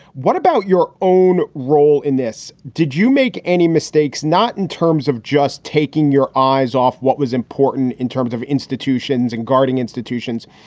what about your own role in this? did you make any mistakes? not in terms of just taking your eyes off what was important in terms of institutions and guarding institutions.